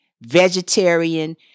vegetarian